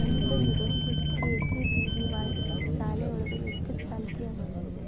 ಈಗ ಇರೋ ಕೆ.ಜಿ.ಬಿ.ವಿ.ವಾಯ್ ಶಾಲೆ ಒಳಗ ಎಷ್ಟ ಚಾಲ್ತಿ ಅವ?